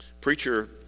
Preacher